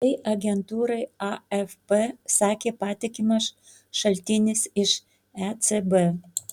tai agentūrai afp sakė patikimas šaltinis iš ecb